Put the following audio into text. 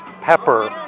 pepper